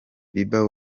bieber